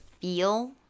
feel